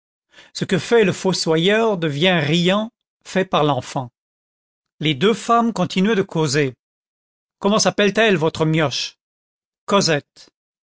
ce que fait le fossoyeur devient riant fait par l'enfant les deux femmes continuaient de causer comment s'appelle votre mioche cosette cosette